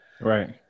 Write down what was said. Right